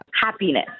Happiness